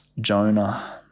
Jonah